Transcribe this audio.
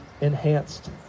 enhanced